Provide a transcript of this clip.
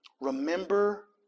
Remember